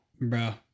bro